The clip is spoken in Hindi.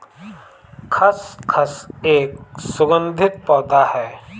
खसखस एक सुगंधित पौधा है